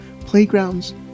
playgrounds